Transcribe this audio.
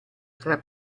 tra